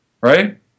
right